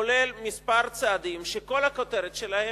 כולל כמה צעדים שכל הכותרת שלהם,